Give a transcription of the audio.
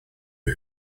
who